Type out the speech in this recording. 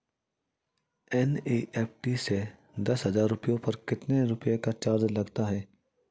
NEFT से दस हजार रुपयों पर कितने रुपए का चार्ज लगता है?